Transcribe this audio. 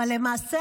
אבל למעשה,